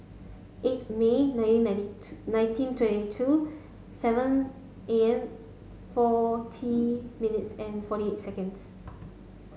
eighth May nineteen ninety nineteen twenty two seven A M forty minutes and forty eight seconds